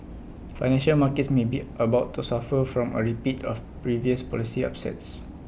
financial markets may be about to suffer from A repeat of previous policy upsets